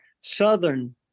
Southern